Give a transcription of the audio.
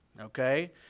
okay